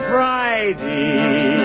Friday